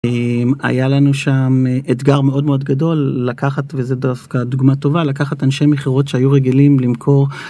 היה לנו שם אתגר מאוד מאוד גדול לקחת וזה דווקא דוגמא טובה, לקחת אנשי מכירות שהיו רגילים למכור.